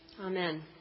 Amen